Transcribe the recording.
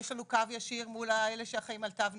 יש לנו קו ישיר מול אלה שאחראים לתו נכה.